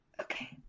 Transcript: Okay